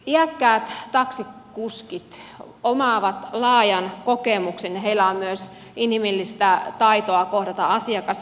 iäkkäät taksikuskit omaavat laajan kokemuksen ja heillä on myös inhimillistä taitoa kohdata asiakas